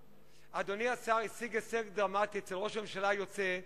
אדוני השר השיג הישג דרמטי אצל ראש הממשלה היוצא,